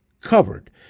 covered